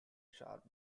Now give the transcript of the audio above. sharp